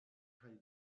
kaj